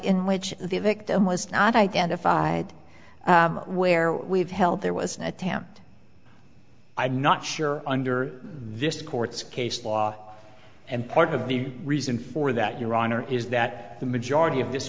in which the victim was not identified where we've held there was an attempt i'm not sure under this court's case law and part of the reason for that your honor is that the majority of this